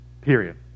Period